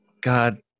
God